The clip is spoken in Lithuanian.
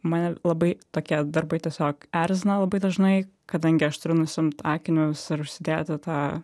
mane labai tokie darbai tiesiog erzina labai dažnai kadangi aš turiu nusiimt akinius ir užsidėti tą